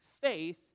faith